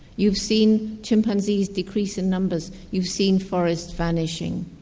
you've seen chimpanzees decrease in numbers, you've seen forests vanishing,